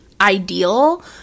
ideal